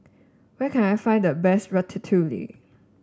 where can I find the best Ratatouille